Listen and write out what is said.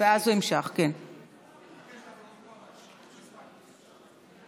אני מבקש להבהיר, לפרוטוקול,